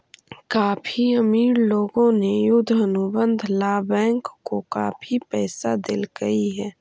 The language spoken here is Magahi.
काफी अमीर लोगों ने युद्ध अनुबंध ला बैंक को काफी पैसा देलकइ हे